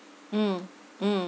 mm mm